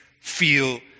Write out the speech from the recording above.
feel